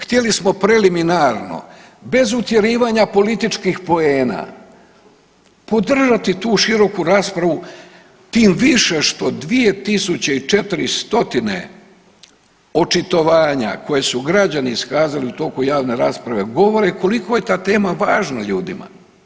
Htjeli smo preliminarno bez utjerivanja političkih poena podržati tu široku raspravu tim više što 2400 očitovanja koje su građani iskazali u toku javne rasprave govore koliko je ta tema važna ljudima.